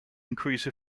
increase